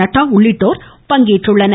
நட்டா உள்ளிட்டோர் பங்கேற்றுள்ளனர்